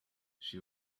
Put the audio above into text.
she